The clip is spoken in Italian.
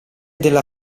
della